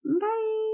Bye